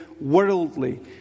worldly